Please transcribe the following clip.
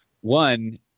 one